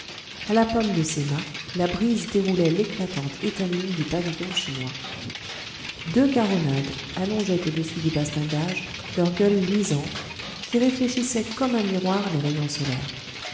a la pomme de ses mâts la brise déroulait l'éclatante étamine du pavillon chinois deux caronades allongeaient au-dessus du bastingage leurs gueules luisantes qui réfléchissaient comme un miroir les rayons solaires